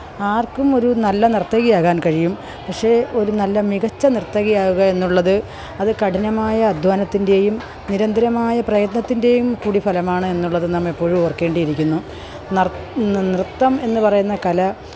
ആര്ക്കും ഒരു നല്ല നര്ത്തകിയാകാന് കഴിയും പക്ഷേ ഒരു നല്ല മികച്ച നിര്ത്തകിയാകുക എന്നുള്ളത് അത് കഠിനമായ അദ്ധ്വാനത്തിന്റെയും നിരന്തരമായ പ്രയത്നത്തിന്റെയും കൂടി ഫലമാണ് എന്നുള്ളത് നാം എപ്പോഴും ഓര്ക്കേണ്ടിയിരിക്കുന്നു നര് നൃത്തം എന്ന് പറയുന്ന കല